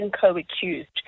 co-accused